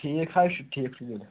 ٹھیٖک حظ چھُ ٹھیٖک چھُ تیٚلہِ